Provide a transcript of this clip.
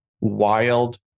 wild